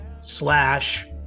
slash